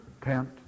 tent